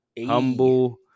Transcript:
humble